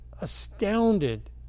astounded